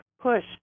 push